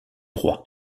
roi